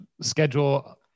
schedule